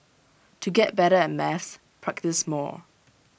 to get better at maths practise more